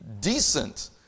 decent